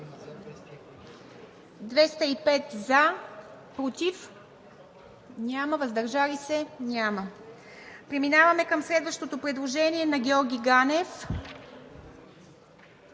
205, против и въздържали се няма. Преминаваме към следващото предложение на Георги Ганев